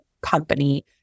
company